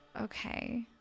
Okay